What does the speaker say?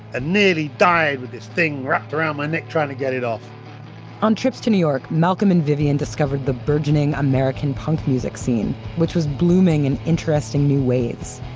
and nearly died with this thing wrapped around my neck trying to get it off on trips to new york, malcolm and vivienne discovered the burgeoning american punk music scene, which was blooming in interesting new ways.